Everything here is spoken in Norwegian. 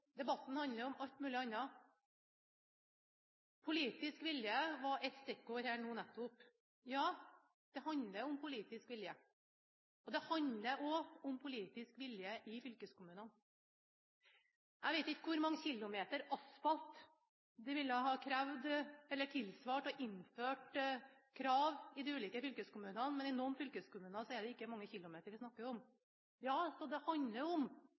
debatten handler om alt mulig annet. Politisk vilje var et stikkord her nettopp. Ja, det handler om politisk vilje, og det handler om politisk vilje i fylkeskommunene. Jeg vet ikke hvor mange kilometer asfalt det ville ha krevd eller tilsvart å ha innført krav i de ulike fylkeskommunene, men i noen fylkeskommuner er det ikke mange kilometer vi snakker om. Ja, det handler om